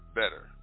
better